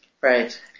Right